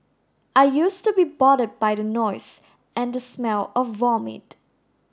I used to be bothered by the noise and the smell of vomit